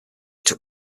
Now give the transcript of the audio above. took